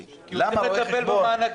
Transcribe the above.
כי הוא צריך לטפל במענקים.